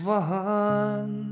one